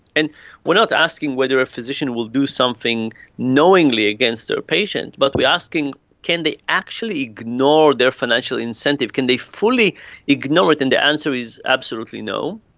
and we are not asking whether a physician will do something knowingly against their patient, but we are asking can they actually ignore their financial incentive, can they fully ignore it. and the answer is absolutely no.